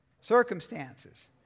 circumstances